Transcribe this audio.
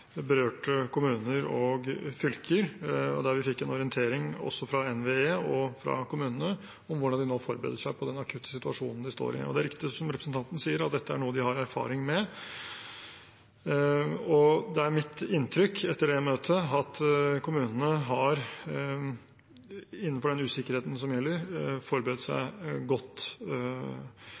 berørte kommuner og fylker, der vi fikk en orientering – også fra NVE og fra kommunene – om hvordan de nå forbereder seg på den akutte situasjonen de står i. Det er riktig som representanten sier, at dette er noe de har erfaring med, og det er mitt inntrykk etter det møtet at kommunene – innenfor den usikkerheten som gjelder – har forberedt seg på situasjonen som kommer, så godt